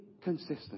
consistent